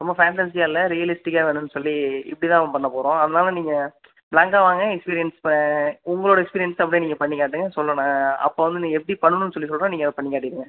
ரொம்ப ஃபேன்டன்ஸிய இல்லை ரீயலிஸ்டிக்கா வேணும் சொல்லி இப்படி தான் பண்ணப் போகிறோம் அதனால் நீங்கள் ப்ளாங்க்கா வாங்க எக்ஸ்பீரியன்ஸ் உங்களோடய எக்ஸ்பீரியன்ஸ் அப்படியே நீங்கள் பண்ணிக் காட்டுங்கள் சொல்கிறேன் நான் அப்போ வந்து நீங்கள் எப்படி பண்ணணுன்னு சொல்லி சொல்கிறேன் நீங்கள் அதை பண்ணி காட்டிடுங்கள்